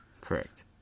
Correct